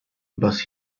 but